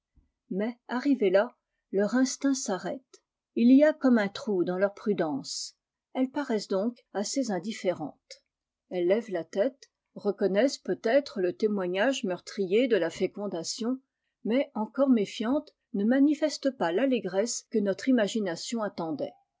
mais arrivé là leur instinct s'arrête il y a comme un trou dans leur prudence elles paraissent donc assez indifférentes elles lèvent la tète reconnaissent peut-être le témoignage meurtrier de la fécondation mais encore méfiantes ne manifestent pas l'allégresse que notre imagination attendait